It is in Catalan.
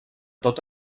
tot